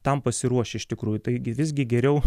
tam pasiruošę iš tikrųjų taigi visgi geriau